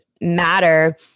matter